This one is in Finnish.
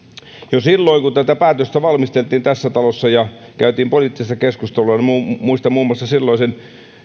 jo silloin kun tätä päätöstä valmisteltiin tässä talossa käytiin poliittista keskustelua ja muistan muun muassa silloisen